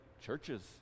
churches